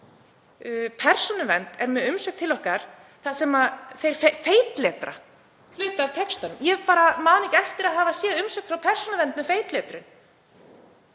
Persónuvernd er með umsögn til okkar þar sem þeir feitletra hluta af textanum. Ég man bara ekki eftir því að hafa séð umsögn frá Persónuvernd með feitletrun.